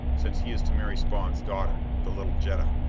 since he is to marry spawn's daughter, the little jetta.